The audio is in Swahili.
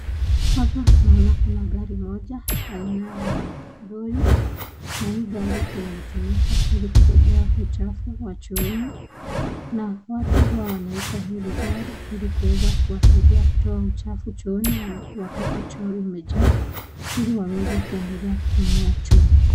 Hapa naona kuna gari moja aina ya lori. Na hii gari huwa inatumika ili kubebea uchafu wa chooni. Na watu huwa wanaita hili gari ili kuweza kuwasaidia kutoa uchafu chooni wakati choo imejaa, ili waweze kuendelea kutumia choo.